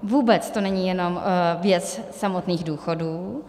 Vůbec to není jenom věc samotných důchodů.